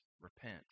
repent